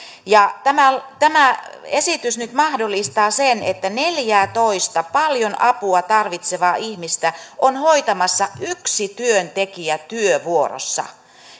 kun tämä esitys nyt mahdollistaa sen että neljäätoista paljon apua tarvitsevaa ihmistä on hoitamassa yksi työntekijä työvuorossa